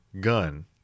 gun